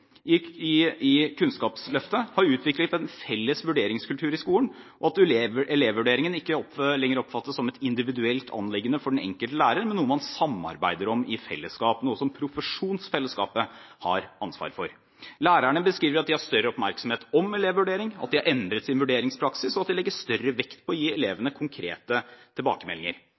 i Kunnskapsløftet har utviklet en felles vurderingskultur i skolen, og at elevvurderingen ikke lenger oppfattes som et individuelt anliggende for den enkelte lærer, men noe man samarbeider om i fellesskap, noe som profesjonsfellesskapet har ansvar for. Lærerne beskriver at de har større oppmerksomhet om elevvurdering, at de har endret sin vurderingspraksis og at de legger større vekt på å gi elevene konkrete tilbakemeldinger.